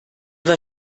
war